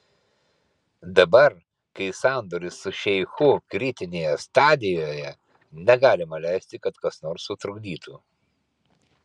dabar kai sandoris su šeichu kritinėje stadijoje negalima leisti kad kas nors sutrukdytų